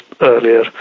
earlier